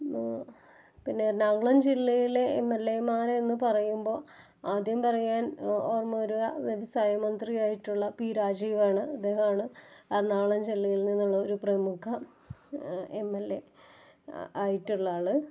പിന്നെ എറണാകുളം ജില്ലയിലെ M L എമാര് എന്ന് പറയുമ്പോൾ ആദ്യം പറയാന് ഒ ഓര്മ്മവരുക വ്യവസായ മന്ത്രിയായിട്ടുള്ള പി രാജീവ് ആണ് അദ്ദേഹമാണ് എറണാകുളം ജില്ലയില് നിന്നുള്ള ഒരു പ്രമുഖ എം എല് എ ആയിട്ടുള്ള ആൾ